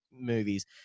Movies